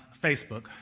Facebook